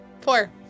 Four